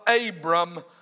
Abram